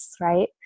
right